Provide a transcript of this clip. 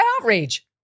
outrage